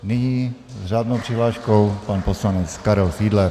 Nyní s řádnou přihláškou pan poslanec Karel Fiedler.